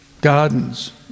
gardens